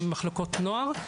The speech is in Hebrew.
גם במחלקות נוער.